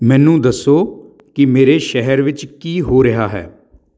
ਮੈਨੂੰ ਦੱਸੋ ਕਿ ਮੇਰੇ ਸ਼ਹਿਰ ਵਿੱਚ ਕੀ ਹੋ ਰਿਹਾ ਹੈ